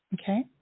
Okay